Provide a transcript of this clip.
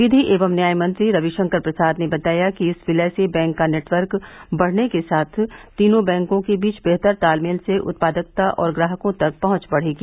विधि एवं न्याय मंत्री रवि शंकर प्रसाद ने बताया कि इस विलय से बैंक का नेटवर्क बढ़ने के साथ तीनों बैंकों के बीच बेहतर तालमेल से उत्पादकता और ग्राहकों तक पहुंच बढ़ेगी